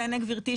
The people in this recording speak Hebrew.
בעיניי גברתי,